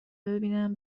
ببینم